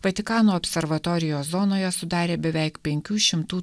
vatikano observatorijos zonoje sudarė beveik penkių šimtų